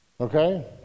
Okay